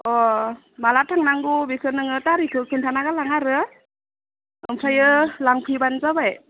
अ माला थांनांगौ बेखौ नोङो थारिखखौ खोन्थाना होलां आरो ओमफ्रायो लांफैब्लानो जाबाय